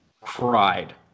cried